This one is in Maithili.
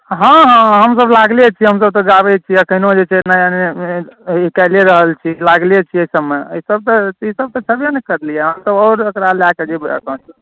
हँ हँ हँ हमसभ लागले छी हमसभ तऽ गाबै छी एखनहु जे छै नया नयामे निकालिए रहल छी लागले छियै एहि सभमे ईसभ तऽ ईसभ तऽ छेबे ने करली हम तऽ आओर एकरा लएके जेबै आगाँ